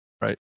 Right